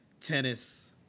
tennis